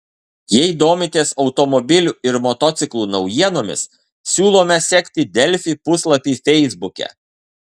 jei domitės automobilių ir motociklų naujienomis siūlome sekti delfi puslapį feisbuke